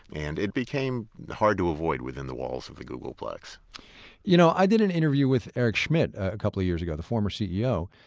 and it became hard to avoid within the walls of the googleplex you know, i did an interview with eric schmidt a couple years ago, the former ceo.